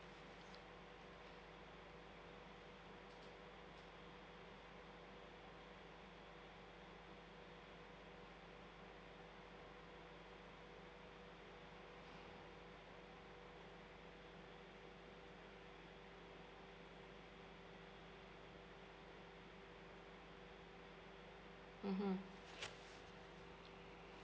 mmhmm